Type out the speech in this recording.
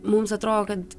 mums atrodo kad